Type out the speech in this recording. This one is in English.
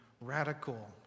radical